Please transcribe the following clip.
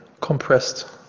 compressed